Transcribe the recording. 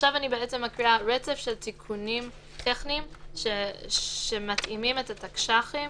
עכשיו אקרא רצף של תיקונים טכניים שמתאימים את התקש"חים